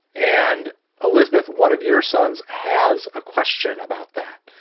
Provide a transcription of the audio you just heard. and elizabeth, one of your sons, has a question about that.